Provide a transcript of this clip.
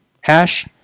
hash